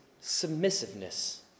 submissiveness